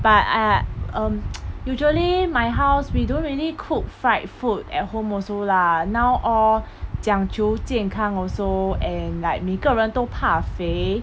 but !aiya! um usually my house we don't really cook fried food at home also lah now all 讲究健康 also and like 每个都怕肥